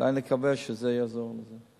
אולי נקווה שזה יעזור לזה.